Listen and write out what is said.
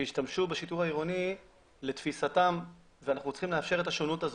שישתמשו בשיטור העירוני לתפיסתם ואנחנו צריכים לאפשר את השונות הזאת.